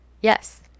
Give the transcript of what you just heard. Yes